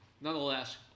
nonetheless